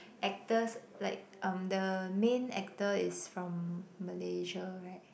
actors like um the main actor is from Malaysia right